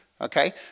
Okay